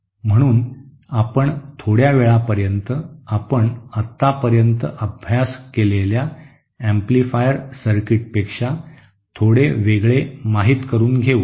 म्हणून आपण थोड्या वेळापर्यंत आपण आतापर्यंत अभ्यास केलेल्या एम्पलीफायर सर्किटपेक्षा थोडे वेगळे माहित करून घेऊ